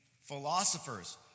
Philosophers